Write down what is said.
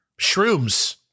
Shrooms